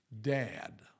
Dad